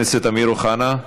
חבר הכנסת אמיר אוחנה,